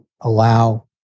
allow